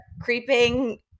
creeping